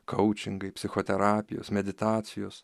koučingai psichoterapijos meditacijos